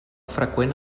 freqüent